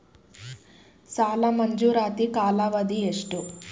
ಸಾಲ ಮಂಜೂರಾತಿ ಕಾಲಾವಧಿ ಎಷ್ಟು?